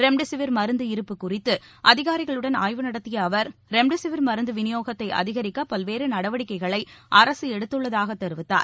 remdesivir மருந்து இருப்பு குறித்து அதிகாரிகளுடன் ஆய்வு நடத்திய அவர் ரெம்டெசிவிர் மருந்து விநியோகத்தை அதிகரிக்க பல்வேறு நடவடிக்கைகளை அரசு எடுத்துள்ளதாக தெரிவித்தார்